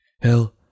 Hell